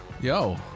Yo